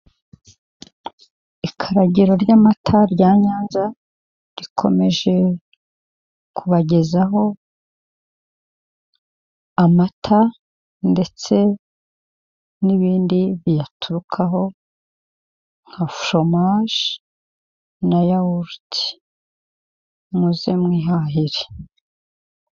Ikaragiro ry'amata rya Nyanza, rikomeje kubagezaho amata ndetse n'ibindi biyaturukaho, nka foromaje na yahurute. Muze mwihahire.